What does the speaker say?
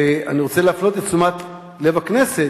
ואני רוצה להפנות את תשומת לב הכנסת